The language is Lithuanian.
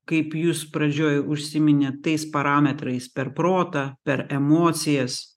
kaip jūs pradžioj užsiminėt tais parametrais per protą per emocijas